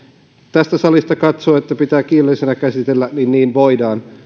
tästä salista katsoo että pitää kiireellisenä käsitellä niin niin voidaan